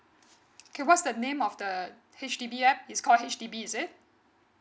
K what's the name of the H_D_B app is call H_D_B is it